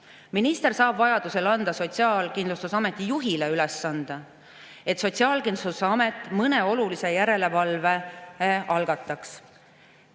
Minister saab vajaduse korral anda Sotsiaalkindlustusameti juhile ülesande, et Sotsiaalkindlustusamet mõne olulise järelevalve algataks.